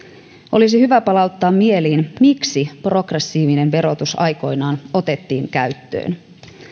olisi hyvä palauttaa mieliin miksi progressiivinen verotus aikoinaan otettiin käyttöön